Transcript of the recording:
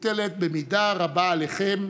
מידי הציבור הגדול שתמך בכם,